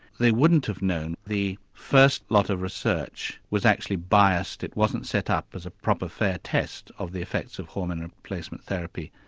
they wouldn't have known the first lot of research was actually biased, it wasn't set up as a proper fair test of the effects of hormone replacement therapy.